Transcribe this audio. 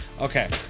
Okay